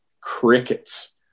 Crickets